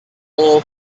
all